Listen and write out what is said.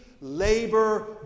Labor